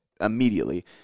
immediately